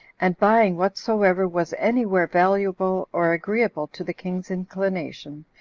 and buying whatsoever was any where valuable, or agreeable to the king's inclination,